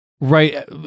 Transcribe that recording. right